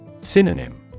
Synonym